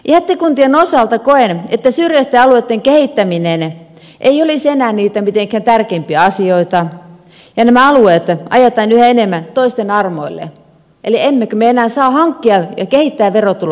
jättikuntien osalta koen että syrjäisten alueitten kehittäminen ei olisi enää niitä mitenkään tärkeimpiä asioita ja nämä alueet ajetaan yhä enemmän toisten armoille eli emmekö me enää saa hankkia ja kehittää verotuloja sinne